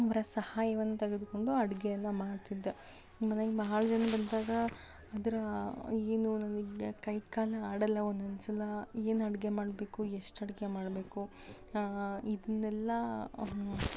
ಇವರ ಸಹಾಯವನ್ನ ತೆಗೆದುಕೊಂಡು ಅಡುಗೆಯನ್ನ ಮಾಡ್ತಿದ್ದೆ ನನಗೆ ಬಹಳ ಜನ ಬಂದಾಗ ಅದರ ಏನು ನನಗೆ ಕೈಕಾಲೇ ಆಡೊಲ್ಲ ಒಂದೊಂದು ಸಲ ಏನು ಅಡುಗೆ ಮಾಡಬೇಕು ಎಷ್ಟು ಅಡುಗೆ ಮಾಡಬೇಕು ಇದನ್ನೆಲ್ಲ